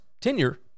tenure